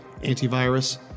antivirus